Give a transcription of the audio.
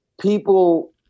people